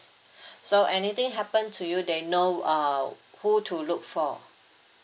so anything happen to you they know uh who to look for